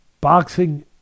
boxing